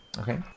Okay